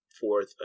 forth